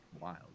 wild